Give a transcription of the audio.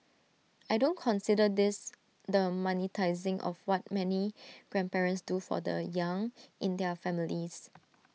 I don't consider this the monetising of what many grandparents do for the young in their families